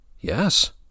Yes